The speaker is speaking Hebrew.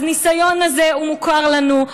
אז הניסיון הזה מוכר לנו.